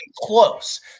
close